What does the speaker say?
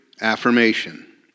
Affirmation